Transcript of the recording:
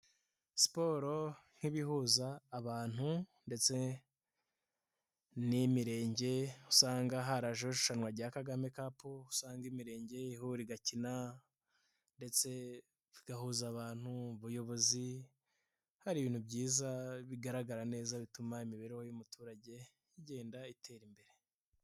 Siporo nk'ibihuza abantu ndetse n'imirenge, usanga harajeho irushanwa rya Kagame Cup, usanga imirenge ihura igakina ndetse igahuza abantu, ubuyobozi; hari ibintu byiza bigaragara neza bituma imibereho y'umuturage igenda itera imbere.